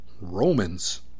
Romans